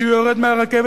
כשהוא יורד מהרכבת,